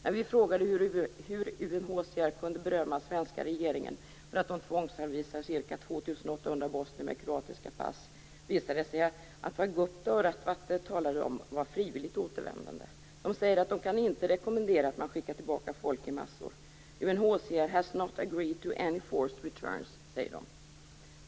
När vi frågade hur UNHCR kunde berömma svenska regeringen för att de tvångssavvisar ca 2 800 bosnier med kroatiska pass visade det sig att vad Gupta och Ratwatte talat om var frivilligt återvändande. De säger att de inte kan rekommendera att man skickar tillbaka folk i massor. UNHCR has not agreed to any forced returns, säger de.